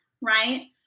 right